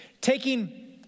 taking